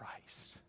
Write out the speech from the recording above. Christ